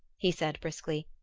he said briskly.